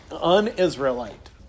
un-Israelite